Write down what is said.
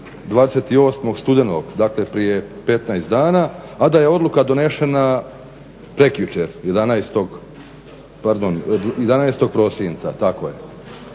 28. studenog, dakle prije 15 dana, a da je odluka donesena prekjučer 11. prosinca. Ja ne